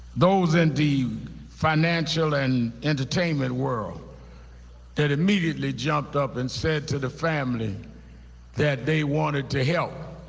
those in the financial and entertainment world that immediately jumped up and said to the family that they wanted to help,